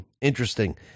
interesting